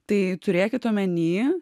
tai turėkit omeny